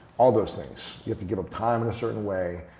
all those things. you have to give up time in a certain way.